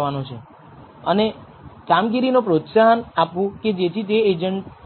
મૂલ્યને પસંદ કરવું જોઈએ